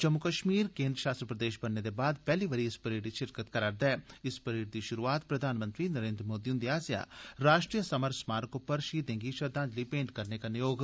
जम्मू कश्मीर केन्द्र षासत प्रदे श बनने दे बाद पैहली बारी इस परेड च शिरकत करार दा इस परेड दी शुरू आत प्रधानमंत्री नरेन्द्र मोदी ह्न्दे आस्सेया राश्ट्रीय समर स्मारक पर शहीदें गी श्रद्वांजली भेंट करने कन्नै होग